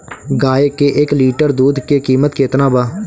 गाए के एक लीटर दूध के कीमत केतना बा?